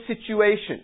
situation